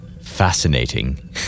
Fascinating